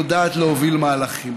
ויודעת להוביל מהלכים.